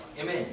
Amen